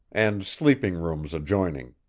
and sleeping-rooms adjoining.